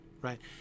right